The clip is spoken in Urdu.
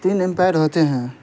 تین امپائر ہوتے ہیں